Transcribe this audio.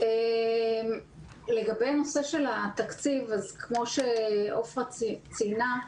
לגבי הנושא של התקציב, כמו שעפרה ציינה,